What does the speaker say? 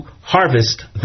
harvest